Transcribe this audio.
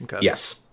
Yes